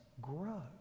grow